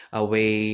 away